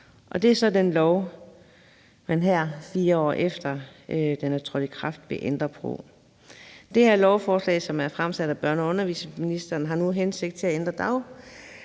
Det er så den lov, man her, 4 år efter den er trådt i kraft, vil ændre på. Det her lovforslag, som er fremsat af børne- og undervisningsministeren har til hensigt at ændre